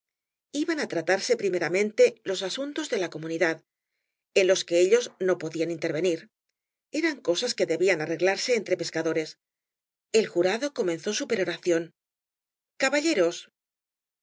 iban á tratarse primeramente los asuntos de la comunidad en los que ellos no podían intervenir eran cosas que debían arreglarse entre pescadores el jurado comenzó su peroración caftaízer